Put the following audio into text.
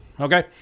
okay